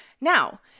Now